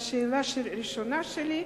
והשאלה הראשונה שלי היא,